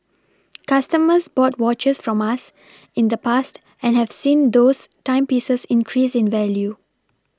customers bought watches from us in the past and have seen those timepieces increase in value